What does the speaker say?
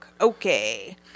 Okay